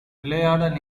விளையாட